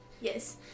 yes